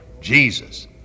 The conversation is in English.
Jesus